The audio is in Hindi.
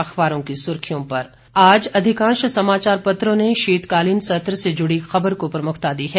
अखबारों की सुर्खियों पर आज अधिकांश समाचार पत्रों ने शीतकालीन सत्र से जुड़ी खबर को प्रमुखता दी है